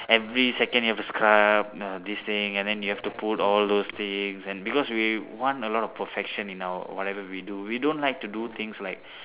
every second you have to scrub know this thing and then you have to put all those things and because we want a lot of perfection in our whatever we do we don't like to do things like